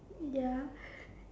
ya